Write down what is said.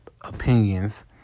Opinions